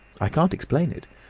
i can't explain it.